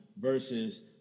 Versus